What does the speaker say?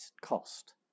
cost